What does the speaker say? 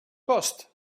cost